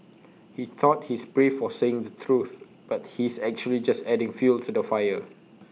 he thought he's brave for saying the truth but he's actually just adding fuel to the fire